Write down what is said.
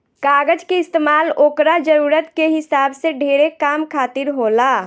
कागज के इस्तमाल ओकरा जरूरत के हिसाब से ढेरे काम खातिर होला